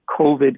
COVID